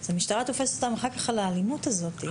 ואז המשטרה תופסת אותם אחר כך על האלימות הזו.